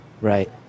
Right